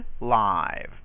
live